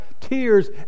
tears